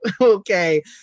okay